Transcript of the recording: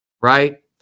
right